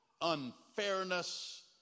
unfairness